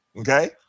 Okay